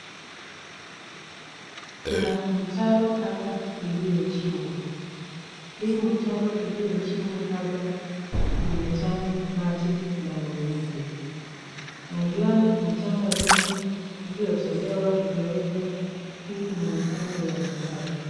Kuna mtaro hapa iliochimbwa. Hii mtaro iliochimbwa hapa imejaa maji ndani yake. Naiona mchanga mingi iliotolewa ikawekwa juu na kando ya mtaro.